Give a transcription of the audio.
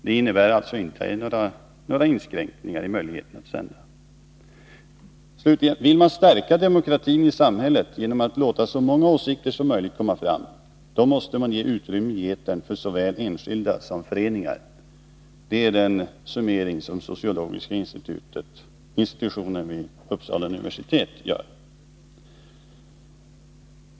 — De innebär alltså inte några inskränkningar i möjligheterna till utsändningar. Slutligen: Vill man stärka demokratin i samhället genom att låta så många åsikter som möjligt komma fram, då måste man ge utrymme i etern för såväl enskilda som föreningar. Detta är den summering som sociologiska institutionen vid Uppsala universitet gör.